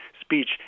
speech